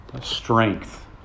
strength